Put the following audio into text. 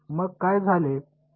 मग काय झाले